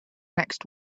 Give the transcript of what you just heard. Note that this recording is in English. next